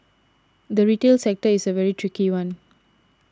the retail sector is a very tricky one